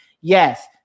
Yes